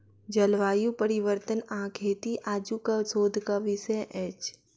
जलवायु परिवर्तन आ खेती आजुक शोधक विषय अछि